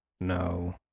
no